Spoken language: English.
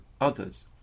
others